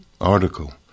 article